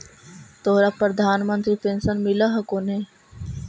तोहरा प्रधानमंत्री पेन्शन मिल हको ने?